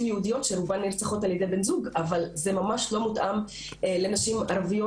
יהודיות שרובן נרצחות על ידי בין זוג אבל זה ממש לא מותאם לנשים ערביות